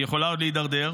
והיא יכולה עוד להידרדר,